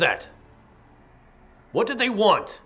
that what did they want